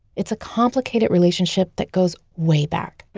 it's a complicated relationship that goes way back